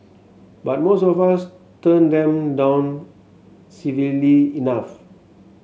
but most of us turn them down civilly enough